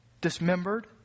dismembered